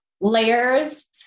Layers